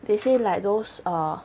they say like those err